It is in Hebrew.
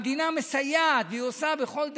המדינה מסייעת והיא עושה בכל דרך,